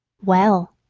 well,